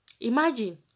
imagine